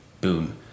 Boom